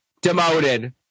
demoted